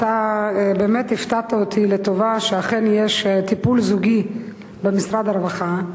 אתה באמת הפתעת אותי לטובה שאכן יש טיפול זוגי במשרד הרווחה,